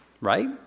right